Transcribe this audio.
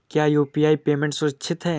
क्या UPI payment सुरक्षित है?